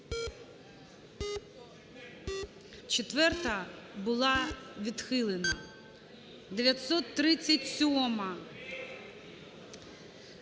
Четверта була відхилена. 937-а.